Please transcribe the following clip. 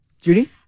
Judy